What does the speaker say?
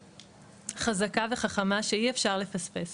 חזקה וחכמה שאי אפשר לפספס